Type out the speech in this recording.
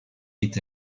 est